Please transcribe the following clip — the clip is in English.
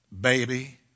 baby